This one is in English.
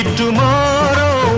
tomorrow